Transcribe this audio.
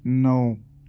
نو